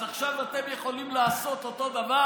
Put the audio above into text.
עכשיו אתם יכולים לעשות את אותו הדבר,